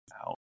out